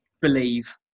Believe